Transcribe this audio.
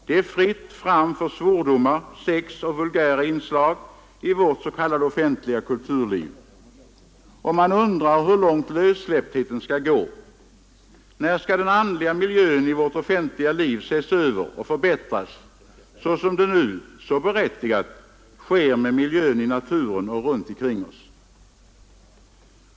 Det är fritt fram för svordomar, sex och vulgära inslag i vårt s.k. offentliga kulturliv. Och man undrar hur långt lössläpptheten skall gå. När skall den andliga miljön i vårt offentliga liv ses över och förbättras, så som nu — så berättigat — sker med miljön i naturen och runt omkring oss?